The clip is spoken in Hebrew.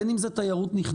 בין אם זה תיירות נכנסת,